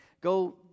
Go